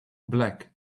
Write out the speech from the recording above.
black